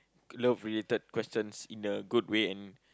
love related questions in the good way and